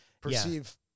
perceive